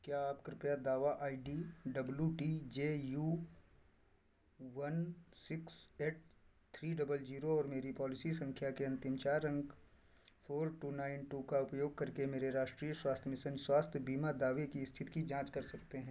क्या आप कृपया दावा I D W T J U one six eight three double zero और मेरी पॉलिसी सँख्या के अन्तिम चार अंक फ़ोर टू नाइन टू का उपयोग करके मेरे राष्ट्रीय स्वास्थ्य मिशन स्वास्थ्य बीमा दावे की इस्थिति की जाँच कर सकते हैं